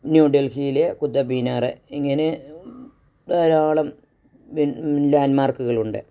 ന്യൂഡൽഹിയിൽ കുത്തബ് മിനാറ് ഇങ്ങനെ ധാരാളം ലാൻഡ് മാർക്കുകളുണ്ട്